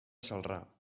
celrà